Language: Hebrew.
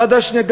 ועדה שנייה,